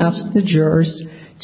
asked the jurors